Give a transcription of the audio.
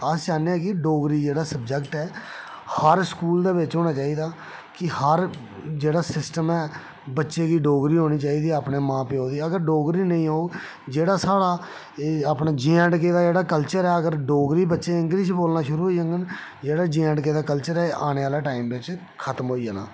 अस चाह्न्नेआं के डोगरी जेह्ड़ा सब्जैक्ट ऐ हर स्कूल दे बिच्च होना चाहिदा ऐ के हर जेह्ड़ा सिस्टम ऐ बच्चे गी डोगरी औनी चाहिदी अपने मां प्योऽ दी अगर डोगरी नेईं औग जेह्ड़ा साढ़ा अपने जे एंड के दा कल्चर ऐ अगर बच्चे डोगरी नेईं इंग्लिश बोलना शुर करी देङन जेह्ड़ा जे एंड के दा कल्चर ऐ ओह् खत्म होई जाना